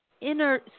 inner